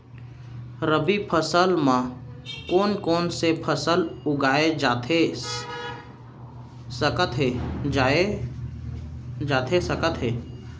रबि फसल म कोन कोन से फसल उगाए जाथे सकत हे?